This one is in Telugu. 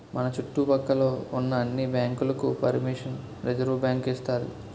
మన చుట్టు పక్క లో ఉన్న అన్ని బ్యాంకులకు పరిమిషన్ రిజర్వుబ్యాంకు ఇస్తాది